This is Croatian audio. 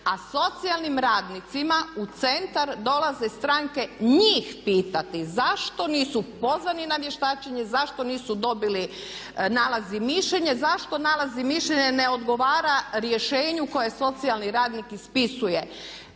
a socijalnim radnicima u centar dolaze stranke njih pitati zašto nisu pozvani na vještačenje, zašto nisu dobili nalaz i mišljenje, zašto nalaz i mišljenje ne odgovara rješenju koje socijalni radnik ispisuje?